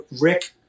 Rick